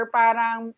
parang